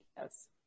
yes